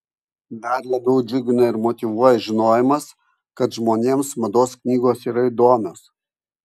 dar labiau džiugina ir motyvuoja žinojimas kad žmonėms mados knygos yra įdomios